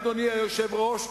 אדוני היושב-ראש,